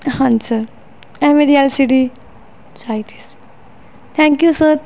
ਹਾਂਜੀ ਸਰ ਐਵੇਂ ਦੀ ਐਲ ਸੀ ਡੀ ਚਾਹੀਦੀ ਸੀ ਥੈਂਕ ਯੂ ਸਰ